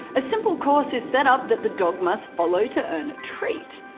a simple course is set up that the dog must follow to earn a treat.